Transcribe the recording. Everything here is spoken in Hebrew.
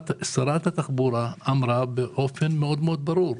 שרת התחבורה אמרה באופן מאוד מאוד ברור: